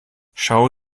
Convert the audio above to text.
schau